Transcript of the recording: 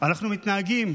ואני אומר,